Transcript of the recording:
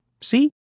See